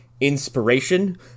inspiration